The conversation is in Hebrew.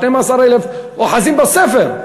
12,000 אוחזים בספר.